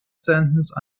sentence